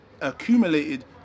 accumulated